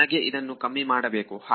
ನನಗೆ ಇದನ್ನು ಕಮ್ಮಿ ಮಾಡಬೇಕು